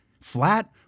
Flat